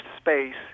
space